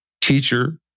teacher